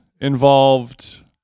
involved